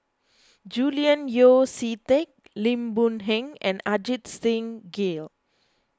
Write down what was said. Julian Yeo See Teck Lim Boon Heng and Ajit Singh Gill